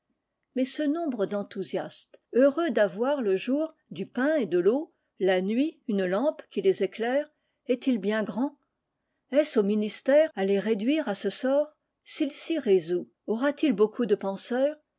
mais ce nombre d'enthousiastes heureux d'avoir le jour du pain et de l'eau la nuit une lampe qui les éclaire est-il bien grand est-ce au ministère à les réduire à ce sort s'il s'y résout aura-t-il beaucoup de penseurs